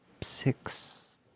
six